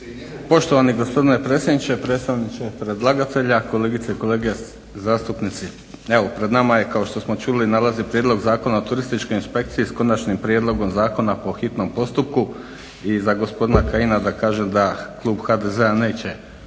Poštovani gospodine predsjedniče, predstavniče predlagatelja, kolegice i kolege zastupnici. Evo pred nama je kao što smo čuli nalazi Prijedlog zakona o turističkoj inspekciji, s Konačnim prijedlogom zakona po hitnom postupku i za gospodina Kajina da kažem da klub HDZ-a neće